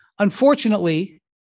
Unfortunately